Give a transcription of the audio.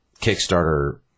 Kickstarter